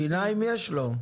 שיניים יש לו.